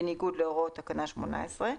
בניגוד להוראות תקנה 18,